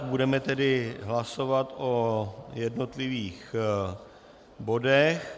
Budeme tedy hlasovat o jednotlivých bodech.